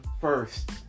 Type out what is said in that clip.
first